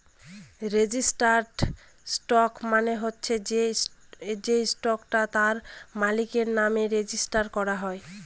registered stock মানে হচ্ছে সে স্টকটা তার মালিকের নামে রেজিস্টার করা হয়